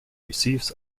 receives